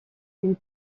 une